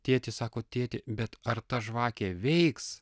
tėtis sako tėti bet ar ta žvakė veiks